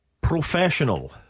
Professional